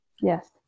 Yes